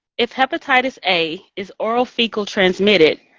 if hepatitis a is oral fecal transmitted,